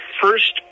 first